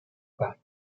paris